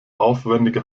aufwändige